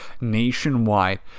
nationwide